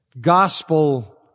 gospel